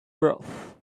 broth